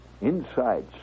Inside